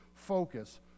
focus